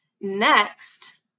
Next